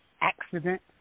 accident